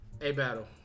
A-Battle